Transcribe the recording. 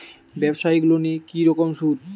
ব্যবসায়িক লোনে কি রকম সুদ?